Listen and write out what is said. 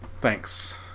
Thanks